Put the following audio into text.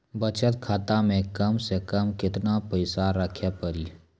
बचत खाता मे कम से कम केतना पैसा रखे पड़ी?